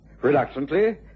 Reluctantly